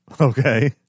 Okay